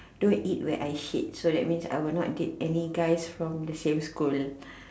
don't eat where I shit so that means I will not date any guys from the same school